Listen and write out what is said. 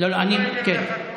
בכדורגל חתמו שני שחקנים.